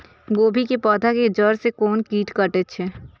गोभी के पोधा के जड़ से कोन कीट कटे छे?